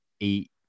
eight